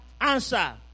answer